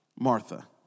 Martha